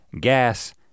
gas